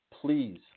Please